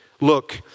Look